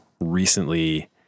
recently